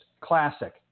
Classic